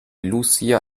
lucia